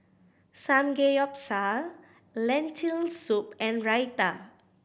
Samgeyopsal Lentil Soup and Raita